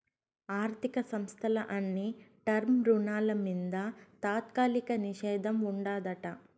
ఆర్థిక సంస్థల అన్ని టర్మ్ రుణాల మింద తాత్కాలిక నిషేధం ఉండాదట